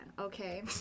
okay